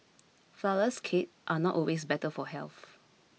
Flourless Cakes are not always better for health